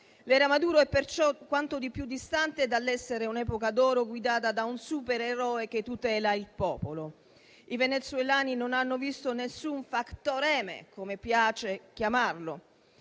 L'era Maduro è perciò quanto di più distante dall'essere un'epoca d'oro, guidata da un supereroe che tutela il popolo. I venezuelani non hanno visto nessun factor "M", come piace chiamarlo